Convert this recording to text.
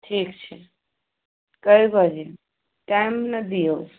ठीक छै कए बजे टाइम ने दिऔ